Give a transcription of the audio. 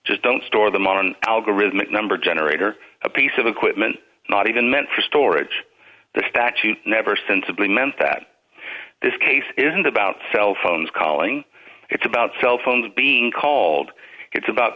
just don't store them on algorithmic number generator a piece of equipment not even meant for storage the statute never sensibly meant that this case isn't about cell phones calling it's about cell phones being called it's about